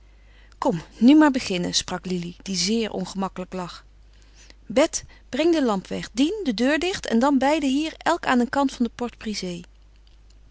kom nu maar beginnen sprak lili die zeer ongemakkelijk lag bet breng de lamp weg dien de deur dicht en dan beiden hier elk aan een kant van de